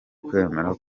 kwemera